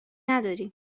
نداری